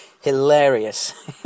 Hilarious